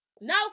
No